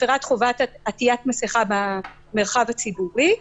הפרת חובת עטיית מסכה במרחב הציבורי.